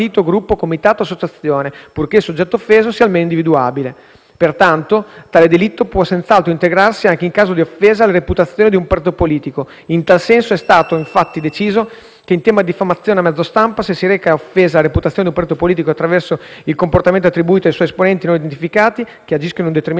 Pertanto, tale delitto può senz'altro integrarsi anche in caso di offesa alla reputazione di un partito politico. In tal senso è stato, infatti, deciso che in tema di diffamazione a mezzo stampa, se si reca offesa alla reputazione di un partito politico, attraverso il comportamento attribuito a suoi esponenti non identificati, che agiscono in un determinato territorio, legittimato a proporre querela è chi legalmente lo rappresenta in quel territorio.